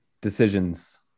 decisions